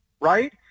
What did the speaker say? right